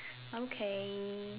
okay